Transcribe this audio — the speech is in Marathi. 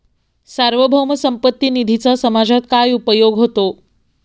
सार्वभौम संपत्ती निधीचा समाजात काय उपयोग होतो?